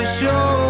show